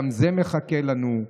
גם זה מחכה לנו.